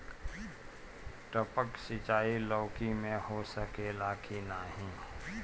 टपक सिंचाई लौकी में हो सकेला की नाही?